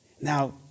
Now